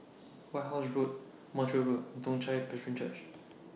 White House Road Montreal Road Toong Chai Presbyterian Church